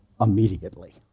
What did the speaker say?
immediately